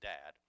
Dad